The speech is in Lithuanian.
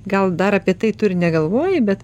gal dar apie tai tu ir negalvoji bet